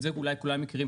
כי את זה אולי כולם מכירים,